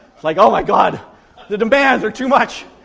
like oh my god the demands are too much!